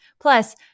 Plus